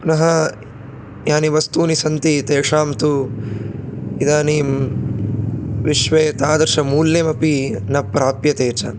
पुनः यानि वस्तूनि सन्ति तेषां तु इदानीं विश्वे तादृशमूल्यमपि न प्राप्यते च